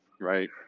right